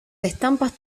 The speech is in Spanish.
estampas